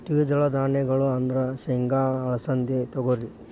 ದ್ವಿದಳ ಧಾನ್ಯಗಳು ಅಂದ್ರ ಸೇಂಗಾ, ಅಲಸಿಂದಿ, ತೊಗರಿ